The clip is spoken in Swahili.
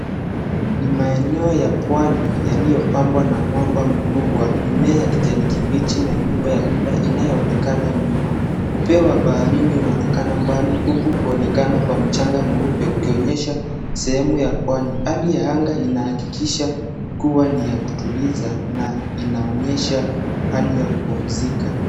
Ni maeneo ya pwani, yaliyopambwa na mwamba mkubwa. Mimea ya kijani kibichi na nyumba ya muda inayoonekana nyuma. Upeo wa baharini unaonekana mbali, huku kuonekana kwa mchanga mweupe ukionyesha sehemu ya pwani. Hali ya anga inahakikisha kuwa ni ya kutuliza na inaonyesha hali ya kupumzika.